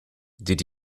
did